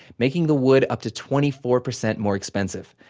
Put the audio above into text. making the wood up to twenty four percent more expensive.